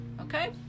okay